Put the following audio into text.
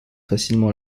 facilement